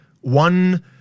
one